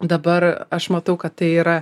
dabar aš matau kad tai yra